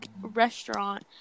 restaurant